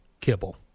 kibble